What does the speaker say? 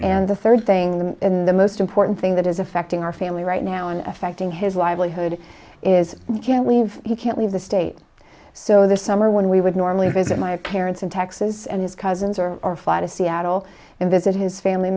and the third thing them in the most important thing that is affecting our family right now and affecting his livelihood is we can't leave he can't leave the state so this summer when we would normally visit my parents in texas and his cousins or our fight a seattle and visit his family